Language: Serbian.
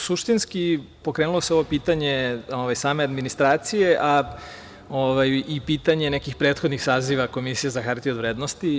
Suštinski, pokrenulo se ovo pitanje same administracije, a i pitanje nekih prethodnih saziva Komisije za hartije od vrednosti.